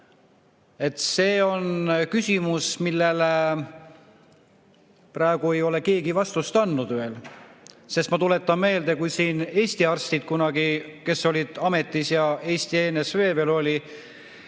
See on küsimus, millele praegu ei ole keegi vastust andnud veel. Sest ma tuletan meelde, kuidas siin kunagi Eesti arstid, kes olid ametis, ja Eesti NSV veel oli,